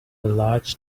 large